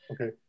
Okay